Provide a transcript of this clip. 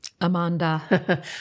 Amanda